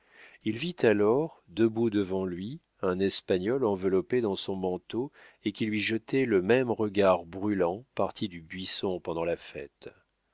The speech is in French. il vit alors debout devant lui un espagnol enveloppé dans son manteau et qui lui jetait le même regard brûlant parti du buisson pendant la fête